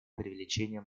привлечения